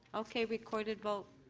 okay. recorded vote.